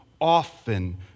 often